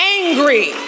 angry